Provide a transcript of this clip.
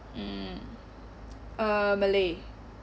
mm uh malay